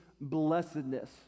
blessedness